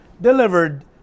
delivered